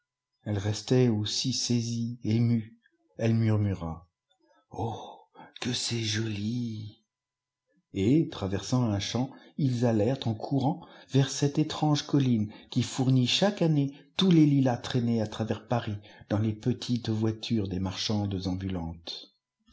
elle restait aussi saisie émue elle murmura oh que c'est joli et traversant un champ ils allèrent en courant vers cette étrange cohine qui fournit chaque année tous les hias traînés à travers paris dans les petites voitures des marchandes ambulantes